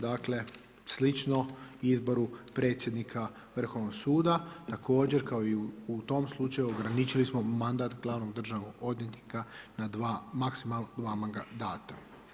Dakle, slično izboru predsjednika Vrhovnog suda također kao i u tom slučaju ograničili smo mandat glavnog državnog odvjetnika na maksimalno dva mandata.